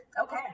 Okay